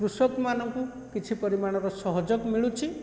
କୃଷକ୍ ମାନଙ୍କୁ କିଛି ପରିମାଣର ସହଯୋଗ ମିଳୁଛି